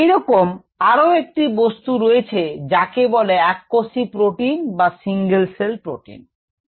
এইরকম আরও একটি বস্তু রয়েছে যাকে বলে এককোষী প্রোটিন বা Single cell protein